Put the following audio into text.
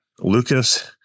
Lucas